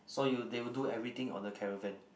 so you they will do everything on the caravan